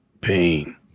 pain